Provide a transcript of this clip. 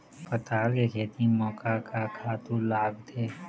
पताल के खेती म का का खातू लागथे?